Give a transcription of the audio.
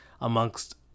amongst